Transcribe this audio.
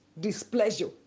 displeasure